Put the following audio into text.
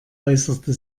äußerte